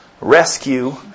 rescue